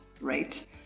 right